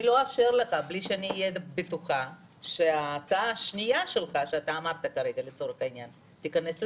אני לא אאשר לך בלי שאהיה בטוחה שההצעה השנייה שלך תיכנס לתוקף.